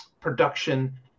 production